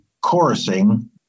chorusing